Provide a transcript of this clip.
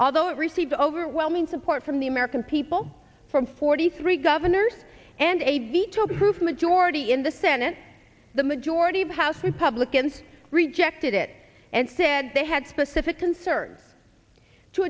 although it received overwhelming support from the american people from forty three governors and a veto proof majority in the senate the majority of house publicans rejected it and said they had specific concert to